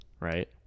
right